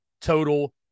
total